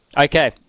Okay